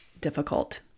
difficult